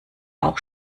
auch